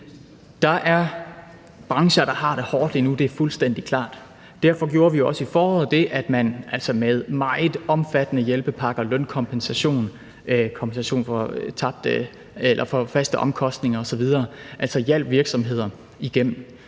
Der er brancher, der har det hårdt lige nu – det er fuldstændig klart. Derfor gjorde vi også i foråret det, at vi med meget omfattende hjælpepakker, lønkompensation, kompensation for faste omkostninger osv., hjalp virksomheder igennem.